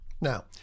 Now